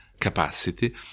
capacity